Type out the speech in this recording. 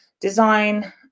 design